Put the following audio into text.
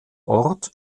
ort